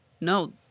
no